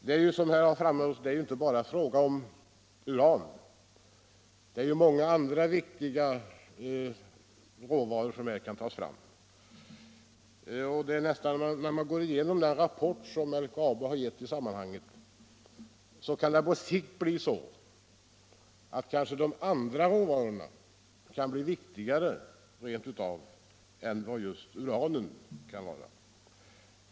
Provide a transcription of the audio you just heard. Det är ju inte bara fråga om uran, såsom här har framhållits. Det är många andra viktiga råvaror som kan tas fram här. När man går igenom den rapport som LKAB avgivit i sammanhanget finner man att det på sikt kan bli så att de andra råvarorna blir viktigare än just uranen.